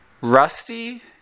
rusty